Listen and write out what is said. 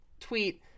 tweet